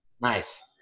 Nice